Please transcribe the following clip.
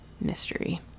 mystery